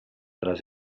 tras